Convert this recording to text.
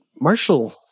Marshall